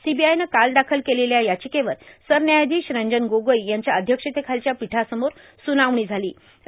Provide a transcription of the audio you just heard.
सीबीआयनं काल दाखल केलेल्या र्याचकेवर सरन्यायाधीश रंजन गोगोई यांच्या अध्यक्षतेखालच्या पीठासमोर सुनावणी झालां